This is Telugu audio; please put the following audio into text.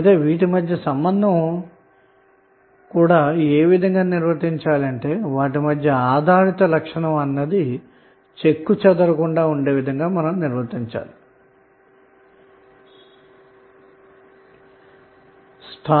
అలాగే వీటి మధ్య సంబంధం కూడా ఆధారిత లక్షణం చెక్కుచెదరకుండా నిర్వర్తించాలి అన్నమాట